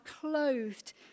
clothed